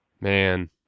man